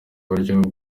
buryo